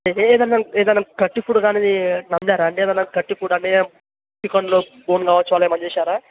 అయితే ఏదన్నా ఏదన్నా గట్టి ఫుడ్ కానిది నమిలారా అండి అంటే ఏదన్నా గట్టి ఫుడ్ అంటే చికెన్లో బోన్ కావచ్చు అలా ఏమన్నా చేసారా